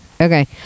okay